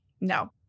No